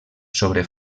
sobre